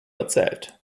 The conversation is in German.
erzählt